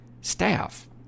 staff